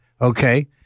Okay